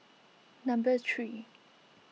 number three